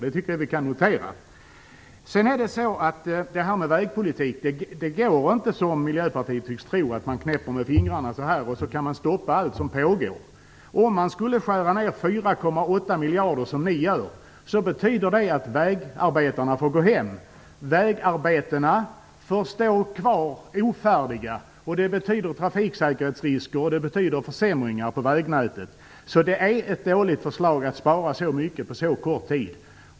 Det tycker jag att vi kan notera. I vägpolitiken går det inte, som Miljöpartiet tycks tro, att knäppa med fingrarna och stoppa allting som pågår. Om man skulle skära ner med 4,8 miljarder, som ni gör, betyder det att vägarbetarna får gå hem. Vägarbetena får stå oavslutade. Det innebär trafiksäkerhetsrisker och det betyder försämringar på vägnätet. Det är ett dåligt förslag att spara så mycket på så kort tid.